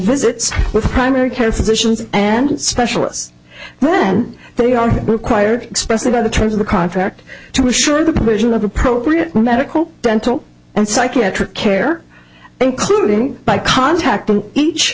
visits with primary care physicians and specialists then they are required expressed about the terms of the contract to assure the provision of appropriate medical dental and psychiatric care including by contacting each